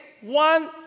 one